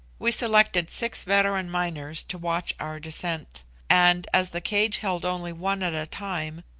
we selected six veteran miners to watch our descent and as the cage held only one at a time,